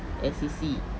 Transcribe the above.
as C_C